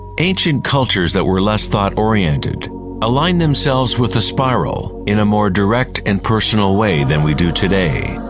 ancient cultures that were less thought-oriented aligned themselves with the spiral in a more direct and personal way than we do today.